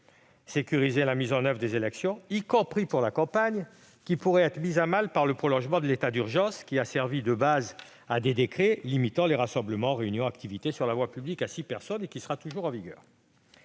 sécuriser la mise en oeuvre des élections, y compris pour la campagne, qui pourrait être mise à mal par le prolongement de l'état d'urgence sanitaire, qui a servi de base à des décrets limitant les rassemblements, réunions ou activités sur la voie publique à six personnes, décrets qui seront toujours en vigueur.